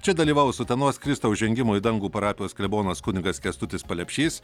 čia dalyvaus utenos kristaus žengimo į dangų parapijos klebonas kunigas kęstutis palepšys